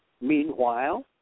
Meanwhile